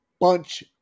bunch